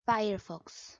firefox